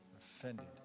Offended